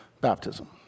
baptism